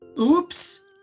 Oops